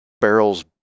barrels